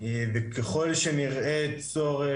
וככל שנראה צורך,